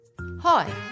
Hi